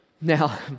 Now